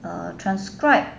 err transcribe